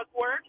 work